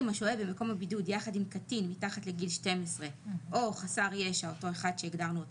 השוהה במקום הבידוד יחד עם קטין מתחת לגיל 12 או חסר ישע שהוא חולה